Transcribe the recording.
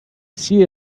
see